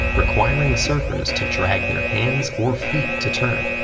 requiring surfers to drag their hands or feet to turn.